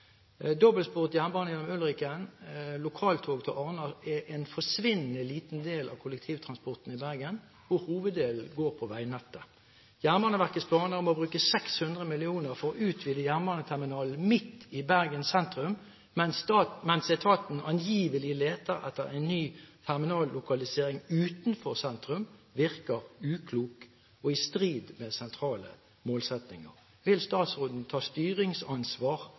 jernbane gjennom Ulriken og lokaltog til Arna er en forsvinnende liten del av kollektivtrafikken i Bergen, hvor hoveddelen går på veinettet. Jernbaneverkets planer om å bruke 600 mill. kr for å utvide jernbaneterminalen midt i Bergen sentrum, mens etaten angivelig leter etter en ny terminallokalisering utenfor sentrum, virker uklok og i strid med sentrale målsettinger. Vil statsråden ta styringsansvar